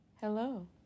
Hello